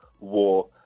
war